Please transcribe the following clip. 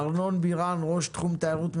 ארנון בירן ראש תחום תיירות,